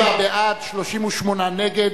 בעד, 38 נגד,